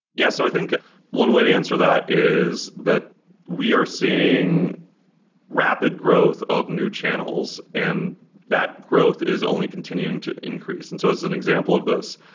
yes. i think one way to answer that is that we are seeing rapid growth of new channels, and that growth is only continuing to increase. and so as an example of this,